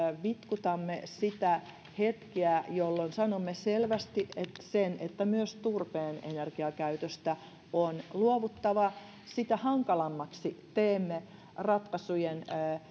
vitkutamme sitä hetkeä jolloin sanomme selvästi sen että myös turpeen energiakäytöstä on luovuttava sitä hankalammaksi teemme ratkaisujen